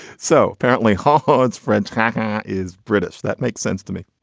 so apparently halford's french kakkar is british. that makes sense to me.